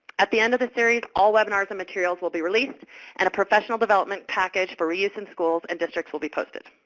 at the end of the series, all the webinars and materials will be released and a professional development package for reuse in schools and districts will be posted.